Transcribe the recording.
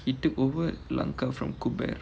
he took over lanka from kober